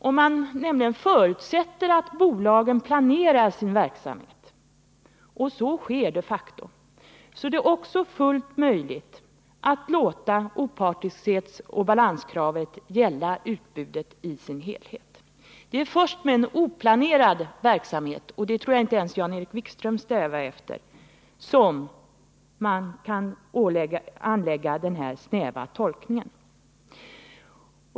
Om man förutsätter att bolagen planerar sin verksamhet — och så sker de facto — är det också fullt möjligt att låta opartiskhetsoch balanskravet gälla utbudet i dess helhet. Det är först med en oplanerad verksamhet — och det tror jag inte ens Jan-Erik Wikström strävar efter — som man kan anlägga den här snäva tolkningen.